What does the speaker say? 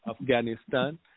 Afghanistan